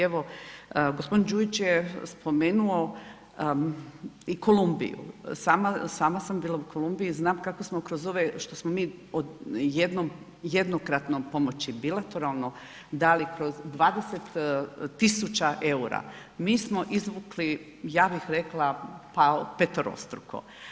Evo gospodin Đujić je spomenuo i Kolumbiju, sama sam bila u Kolumbiji znam kako smo kroz ove što smo mi od jednokratnom pomoći bilateralno dali kroz 20.000 EUR-a, mi smo izvukli ja bih rekla pa peterostruko.